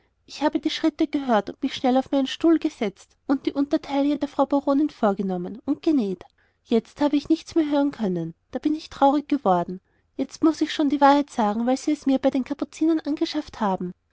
ich habe die schritte gehört und mich schnell auf meinen stuhl gesetzt und die untertaille der frau baronin vorgenommen und genäht jetzt habe ich nichts mehr hören können da bin ich traurig geworden jetzt muß ich schon die wahrheit sagen weil sie es mir bei den kapuzinern angeschafft haben